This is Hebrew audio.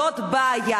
זאת בעיה.